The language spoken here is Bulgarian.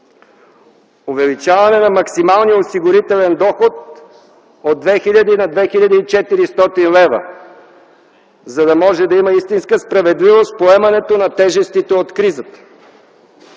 увеличаване на максималния осигурителен доход от 2000 на 2400 лв., за да може да има истинска справедливост в поемането на тежестите от кризата;